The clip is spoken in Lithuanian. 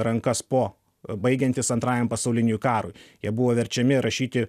rankas po baigiantis antrajam pasauliniui karui jie buvo verčiami rašyti